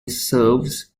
serves